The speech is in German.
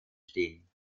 stehen